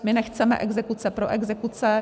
My nechceme exekuce pro exekuce.